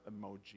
emoji